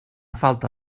falta